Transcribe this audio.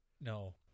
No